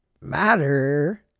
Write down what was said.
Matter